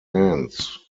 hands